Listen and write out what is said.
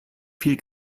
viel